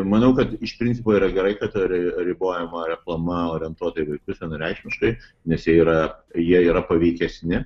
manau kad iš principo yra gerai kad ri ribojama reklama orientuota į vaikus vienareikšmiškai nes jie yra jie yra paveikesni